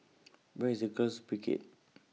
Where IS The Girls Brigade